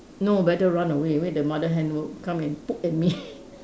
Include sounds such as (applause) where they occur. no better run away wait the mother hen will come and poke at me (laughs)